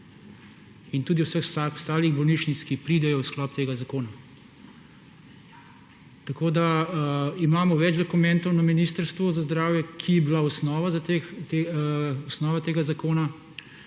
in tudi vseh ostalih bolnišnic, ki pridejo v sklop tega zakona. Imamo več dokumentov na Ministrstvu za zdravje, ki so bili osnova tega zakona;